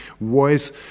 voice